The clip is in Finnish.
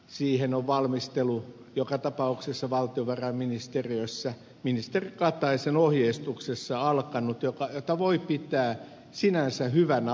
siihen on valmistelu joka tapauksessa valtiovarainministeriössä ministeri kataisen ohjeistuksessa alkanut mitä voi pitää sinänsä hyvänä alkuna